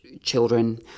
children